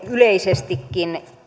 yleisestikin